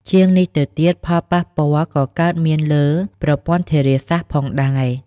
ជាងនេះទៅទៀត ផលប៉ះពាល់ក៏កើតមានលើ ប្រព័ន្ធធារាសាស្ត្រ ផងដែរ។